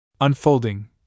Unfolding